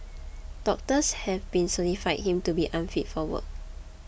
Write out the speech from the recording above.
doctors have been certified him to be unfit for work